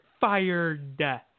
Fired